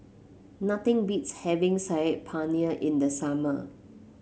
nothing beats having Saag Paneer in the summer